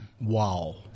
Wow